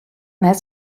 net